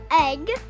egg